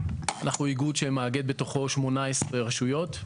אנחנו איגוד שמאגד בתוכו 18 רשויות,